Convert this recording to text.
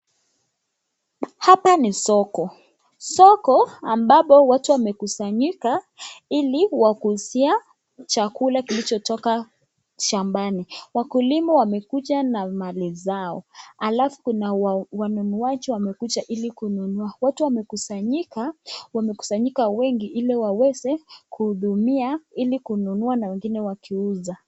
Hapa ni soko. Soko ambapo watu wamekusanyika ili wakuuzia chakula kilichotoka shambani. Wakulima wamekuja na mali zao, alafu kuna wanunuaji wamekuja ili kununua. Watu wamekusanyika wengi ili waweze kuhudumia, ili kununua na wengine wakiuza.